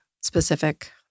specific